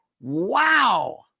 wow